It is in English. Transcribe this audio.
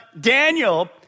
Daniel